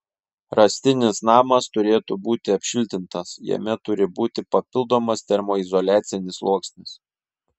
rąstinis namas turėtų būti apšiltintas jame turi būti papildomas termoizoliacinis sluoksnis